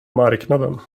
marknaden